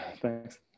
Thanks